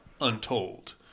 Untold